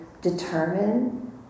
determine